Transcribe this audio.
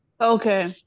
Okay